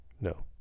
No